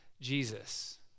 Jesus